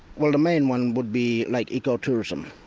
well the main one would be like eco tourism.